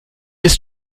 ist